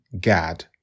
Gad